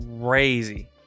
crazy